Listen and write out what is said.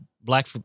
Black